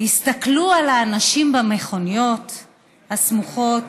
הסתכלו על האנשים במכוניות הסמוכות.